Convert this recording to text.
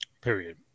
Period